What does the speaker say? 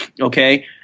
Okay